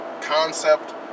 concept